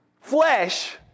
flesh